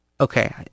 Okay